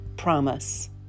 promise